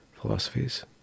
philosophies